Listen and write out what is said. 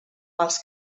pels